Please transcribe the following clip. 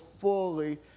fully